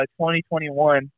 2021